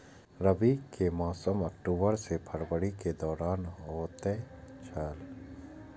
रबी के मौसम अक्टूबर से फरवरी के दौरान होतय छला